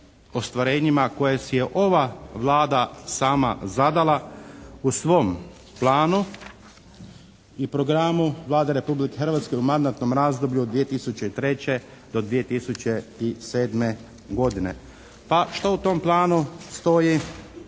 ostvarenjima koje si je ova Vlada sama zadala u svom planu i programu Vlade Republike Hrvatske u mandatnom razdoblju od 2003. do 2007. godine. Pa što u tom planu stoji